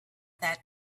that